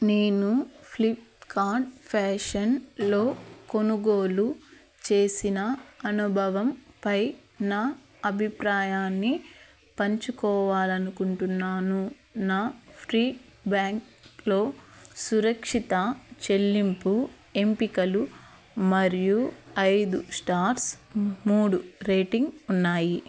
నేను ఫ్లిప్కార్డ్ ఫ్యాషన్లో కొనుగోలు చేసిన అనుభవంపై నా అభిప్రాయాన్ని పంచుకోవాలనుకుంటున్నాను నా ఫీడ్బ్యాక్లో సురక్షిత చెల్లింపు ఎంపికలు మరియు ఐదు స్టార్స్ మూడు రేటింగ్ ఉన్నాయి